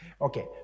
Okay